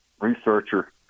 researcher